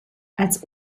als